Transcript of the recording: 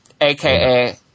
AKA